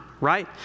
right